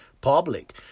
public